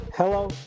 Hello